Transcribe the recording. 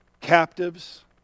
captives